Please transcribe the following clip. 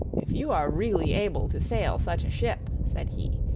if you are really able to sail such a ship, said he,